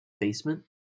basement